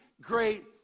great